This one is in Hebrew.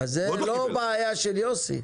אז זה לא בעיה של יוסי.